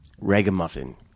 ragamuffin